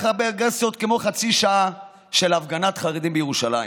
הרבה אגרסיות כמו בחצי שעה של הפגנת חרדים בירושלים.